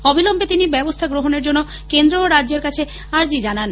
অবিলম্বে তিনি ব্যবস্থা গ্রহণের জন্য কেন্দ্র ও রাজ্যকে আর্জি জানিয়েছেন